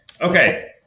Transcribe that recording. Okay